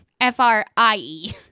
F-R-I-E